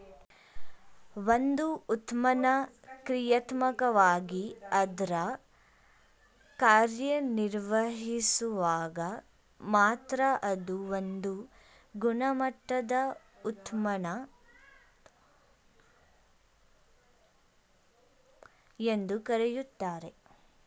ಒಂದು ಉತ್ಪನ್ನ ಕ್ರಿಯಾತ್ಮಕವಾಗಿ ಅದ್ರ ಕಾರ್ಯನಿರ್ವಹಿಸುವಾಗ ಮಾತ್ರ ಅದ್ನ ಒಂದು ಗುಣಮಟ್ಟದ ಉತ್ಪನ್ನ ಎಂದು ಕರೆಯುತ್ತಾರೆ